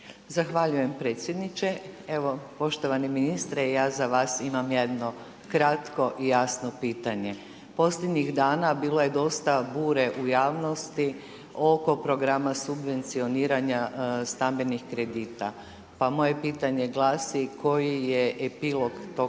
Zahvaljujem predsjedniče. Evo poštovani ministre, ja za vas imam jedno kratko i jasno pitanje. Posljednjih dana bilo je dosta bure u javnosti oko programa subvencioniranja stambenih kredita. Pa moje pitanje glasi koji je epilog tog